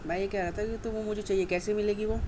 میں یہ کہہ رہا تھا کہ تو وہ مجھے چاہئے کیسے ملے گی وہ